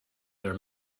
their